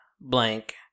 blank